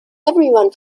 everyone